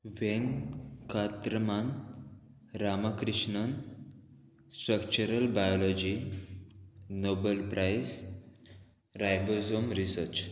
वेंग कात्रमान Ramakrishnan structural biology Nobel prize ribosome research